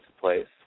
place